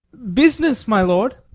business, my lord!